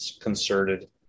concerted